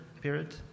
period